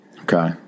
Okay